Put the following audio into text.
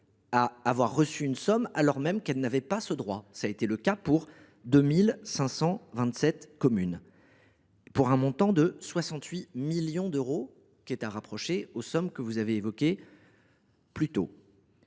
ont reçu une aide alors même qu’elles n’en avaient pas le droit. Cela a été le cas de 2 527 communes, pour un montant de 68 millions d’euros – à rapprocher des sommes que vous avez évoquées plus tôt.